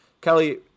Kelly